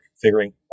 figuring